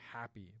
happy